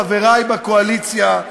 חברי בקואליציה,